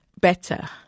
better